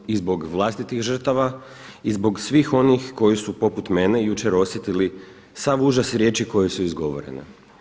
Moram i zbog vlastitih žrtava i zbog svih onih koji su poput mene jučer osjetili sav užas riječi koje su izgovorene.